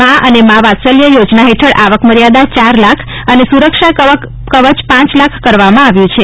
મા અને મા વાત્સલ્ય યોજના હેઠળ આવક મર્યાદા ચાર લાખ અને સુરક્ષા કવચ પાંચ લાખ કરવામાં આવ્યું છે